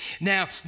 Now